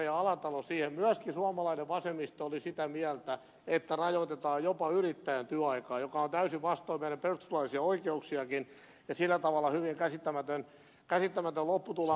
alatalo kertoi ja myöskin suomalainen vasemmisto oli sitä mieltä että rajoitetaan jopa yrittäjän työaikaa mikä on täysin vastoin meidän perustuslaillisia oikeuksiakin ja sillä tavalla hyvin käsittämätön lopputulema